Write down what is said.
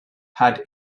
had